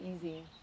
easy